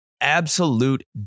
Absolute